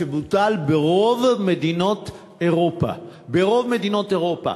הוא בוטל ברוב מדינות אירופה, ברוב מדינות אירופה.